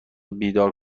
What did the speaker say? بیدار